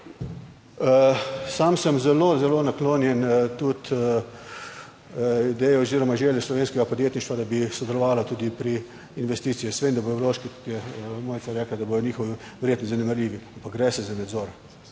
Sam sem zelo, zelo naklonjen, tudi ideje oziroma želji slovenskega podjetništva, da bi sodelovala tudi pri investiciji jaz vem, da bodo vložki je Mojca rekla, da bodo njihovi verjetno zanemarljivi. Ampak gre se za nadzor.